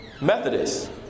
Methodist